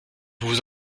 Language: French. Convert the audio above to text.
vous